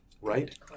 Right